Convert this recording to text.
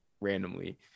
randomly